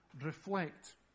reflect